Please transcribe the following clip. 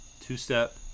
Two-step